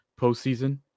postseason